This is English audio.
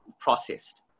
processed